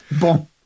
bon